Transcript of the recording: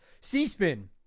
C-Spin